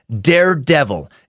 daredevil